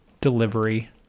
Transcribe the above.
delivery